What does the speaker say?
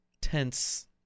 tense